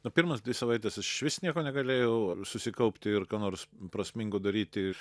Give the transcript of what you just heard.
na pirmos dvi savaites išvis nieko negalėjau susikaupti ir ką nors prasmingo daryti